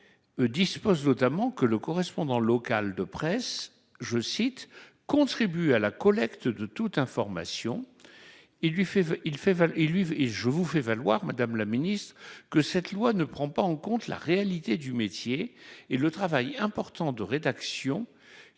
Dispose notamment que le correspondant local de presse je cite contribue à la collecte de toute information.